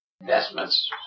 investments